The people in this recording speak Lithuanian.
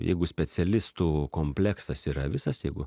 jeigu specialistų kompleksas yra visas jeigu